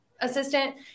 assistant